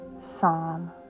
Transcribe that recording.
Psalm